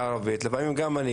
לפעמים גם לי,